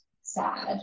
sad